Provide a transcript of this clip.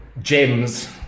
gems